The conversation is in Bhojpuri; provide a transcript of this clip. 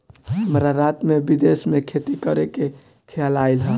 हमरा रात में विदेश में खेती करे के खेआल आइल ह